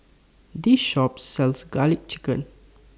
This Shop sells Garlic Chicken